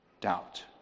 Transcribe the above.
doubt